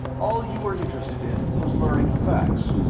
all you were interested in was learning the facts.